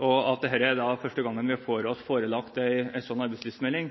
og dette er første gang vi får oss forelagt en slik arbeidslivsmelding.